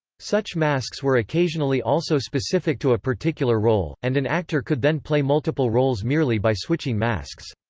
such masks were occasionally also specific to a particular role, and an actor could then play multiple roles merely by switching masks.